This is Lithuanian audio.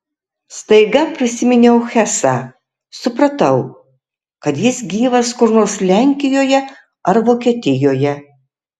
staiga prisiminiau hesą supratau kad jis gyvas kur nors lenkijoje ar vokietijoje